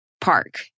park